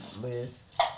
list